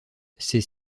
c’est